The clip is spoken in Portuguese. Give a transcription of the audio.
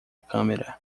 câmera